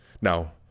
Now